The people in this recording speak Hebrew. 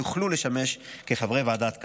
יוכלו לשמש כחברי ועדת קלפי.